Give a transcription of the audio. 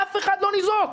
אף אחד לא ניזוק.